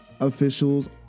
officials